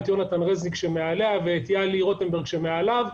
את יהונתן רזניק שמעליה ואת יהלי רוטנברג שמעליו,